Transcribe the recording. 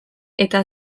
eta